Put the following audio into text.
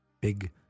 big